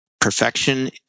perfection